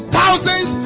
thousands